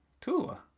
Tula